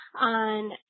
on